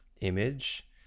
image